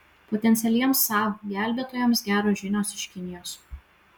potencialiems saab gelbėtojams geros žinios iš kinijos